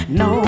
no